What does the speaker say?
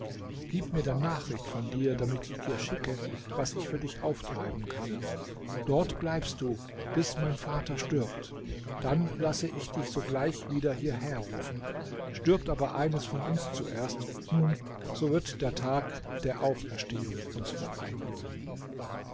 gib mir dann nachricht von dir damit ich dir schicke was ich für dich auftreiben kann dort bleibst du bis mein vater stirbt dann lasse ich dich sogleich wieder hierher rufen stirbt aber eines von uns zuerst nun so wird der tag der auferstehung uns vereinen